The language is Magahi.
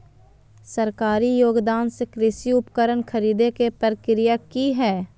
सरकारी योगदान से कृषि उपकरण खरीदे के प्रक्रिया की हय?